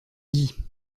dit